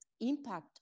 impact